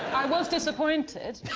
i was disappointed.